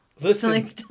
Listen